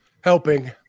helping